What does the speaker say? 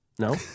No